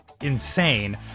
insane